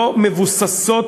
לא מבוססות,